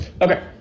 okay